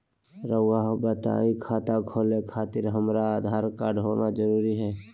रउआ बताई खाता खोले खातिर हमरा आधार कार्ड होना जरूरी है?